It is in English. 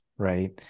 Right